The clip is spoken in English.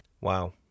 Wow